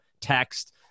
text